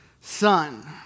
son